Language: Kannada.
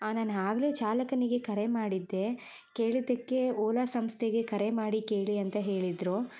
ನಾನು ಆಗಲೇ ಚಾಲಕನಿಗೆ ಕರೆ ಮಾಡಿದ್ದೆ ಕೇಳಿದ್ದಕ್ಕೆ ಓಲಾ ಸಂಸ್ಥೆಗೆ ಕರೆ ಮಾಡಿ ಕೇಳಿ ಅಂತ ಹೇಳಿದರು